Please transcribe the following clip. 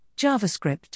JavaScript